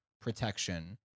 protection